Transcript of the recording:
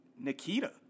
Nikita